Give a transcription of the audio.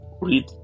Read